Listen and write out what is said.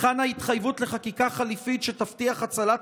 היכן ההתחייבות לחקיקה חליפית שתבטיח הצלת